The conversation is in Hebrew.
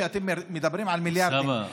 כשאתם מדברים על מיליארד שקל,